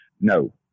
no